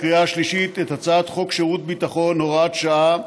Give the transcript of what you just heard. הצעת חוק שירות ביטחון (הוראת שעה)